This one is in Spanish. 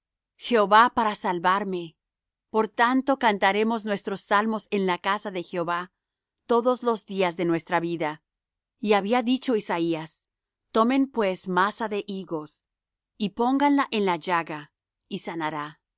jehová para salvarme por tanto cantaremos nuestros salmos en la casa de jehová todos los días de nuestra vida y había dicho isaías tomen masa de higos y pónganla en la llaga y sanará